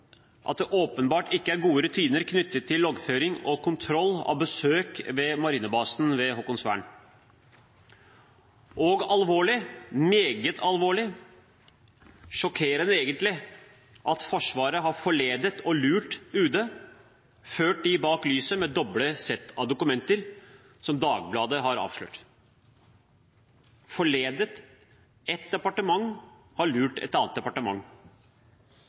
at det åpenbart ikke er gode rutiner knyttet til loggføring og kontroll av besøk ved marinebasen ved Haakonsvern. Og det er alvorlig – meget alvorlig – sjokkerende, egentlig, at Forsvaret har forledet og lurt UD, ført dem bak lyset med doble sett av dokumenter, som Dagbladet har avslørt. De har forledet et departement, og de har lurt et annet departement.